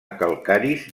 calcaris